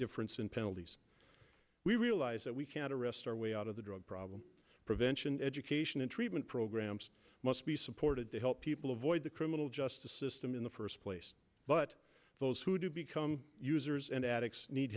difference in penalties we realize that we can't arrest our way out of the drug problem prevention education and treatment programs must be supported help people avoid the criminal justice system in the first place but those who do become users and addicts need